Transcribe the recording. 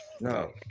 No